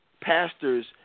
Pastors